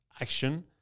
action